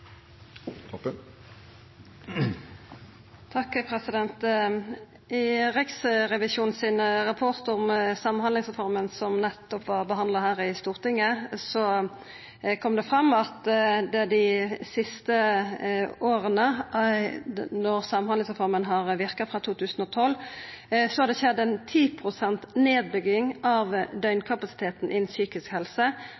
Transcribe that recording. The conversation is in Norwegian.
forpliktende måte. I Riksrevisjonen sin rapport om samhandlingsreforma, som nettopp vart behandla her i Stortinget, kom det fram at det dei siste åra – etter at samhandlingsreforma har verka frå 2012 – har skjedd ei tiprosents nedbygging av